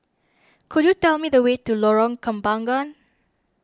could you tell me the way to Lorong Kembangan